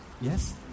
Yes